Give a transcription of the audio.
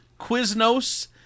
Quiznos